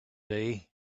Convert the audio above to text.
day